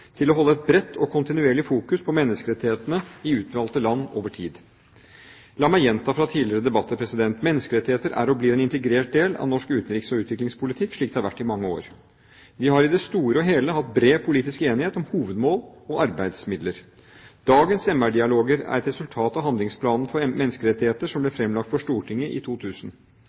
til bredt og kontinuerlig å fokusere på menneskerettighetene i utvalgte land over tid. La meg gjenta fra tidligere debatter: Menneskerettigheter er og blir en integrert del av norsk utenriks- og utviklingspolitikk, slik det har vært i mange år. Vi har i det store og hele hatt bred politisk enighet om hovedmål og arbeidsmidler. Dagens MR-dialoger er et resultat av Handlingsplanen for menneskerettigheter som ble fremlagt for Stortinget i 2000.